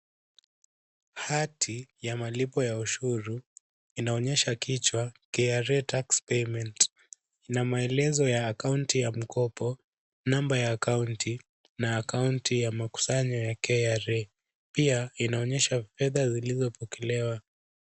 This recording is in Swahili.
Hati ya malipo ya ushuru inaonyesha kichwa KRA tax payment na maelezo ya akaunti ya mkopo, namba ya akaunti na akaunti ya makusanyo ya KRA. Pia inaonyesha fedha zilizopokelewa.